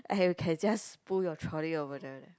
and you can just pull your trolley over there leh